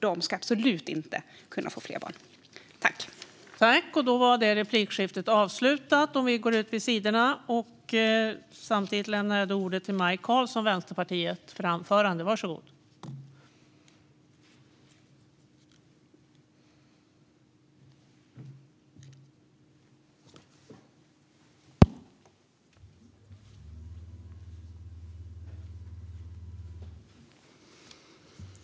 De ska absolut inte kunna få ta hand om fler barn.